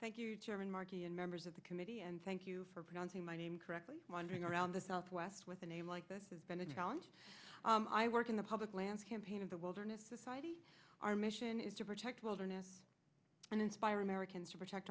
thank you chairman markey and members of the committee and thank you for pronouncing my name correctly wandering around the southwest with a name like this has been a challenge i work in the public lands campaign of the wilderness society our mission is to protect wilderness and inspire americans to protect